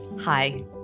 Hi